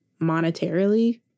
monetarily